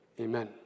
Amen